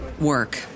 work